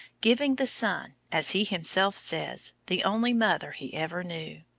giving the son, as he himself says, the only mother he ever knew.